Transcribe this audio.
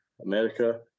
America